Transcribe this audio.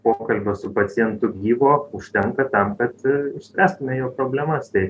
pokalbio su pacientu gyvo užtenka tam kad išspręstume jo problemas tai